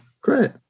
great